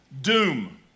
Doom